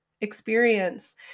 experience